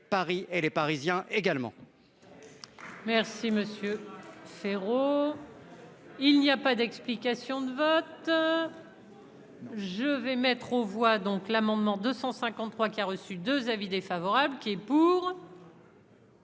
Paris et les Parisiens également. Merci Monsieur Féraud. Il n'y a pas d'explication de vote. Je vais mettre aux voix, donc l'amendement 253 qui a reçu 2 avis défavorables qui. Qui compte.